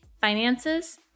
finances